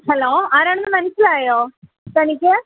hello ആരാണെന്നു മനസ്സിലായോ തനിക്ക്